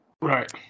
Right